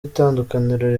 itandukaniro